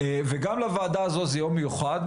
וגם לוועדה הזו זה יום מיוחד,